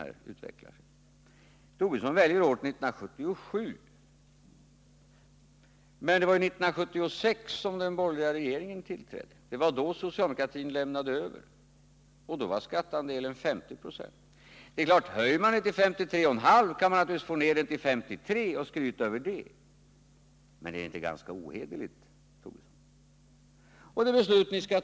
Lars Tobisson väljer året 1977, men det var ju 1976 som den borgerliga regeringen tillträdde. Det var då socialdemokratin lämnade över regeringsansvaret och vid den tidpunkten var skatteandelen 50 96. Det är klart att om man höjer den till 53,5 20 kan man naturligtvis få ned den till 53 96 och skryta över det, men är inte det ganska ohederligt, herr Tobisson?